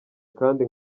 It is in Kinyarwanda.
kandi